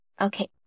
Okay